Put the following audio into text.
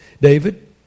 David